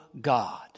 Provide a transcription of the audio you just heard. God